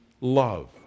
love